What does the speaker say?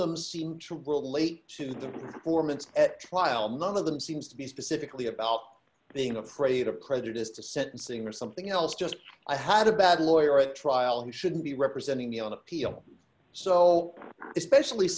them seem to relate to the formants at trial none of them seems to be specifically about being afraid of prejudice to sentencing or something else just i had a bad lawyer at trial who should be representing me on appeal so especially